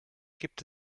gibt